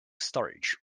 storage